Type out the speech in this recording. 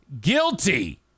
guilty